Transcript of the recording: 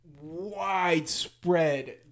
widespread